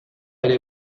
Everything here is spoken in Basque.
ere